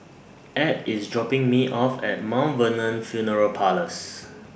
Add IS dropping Me off At Vernon Funeral Parlours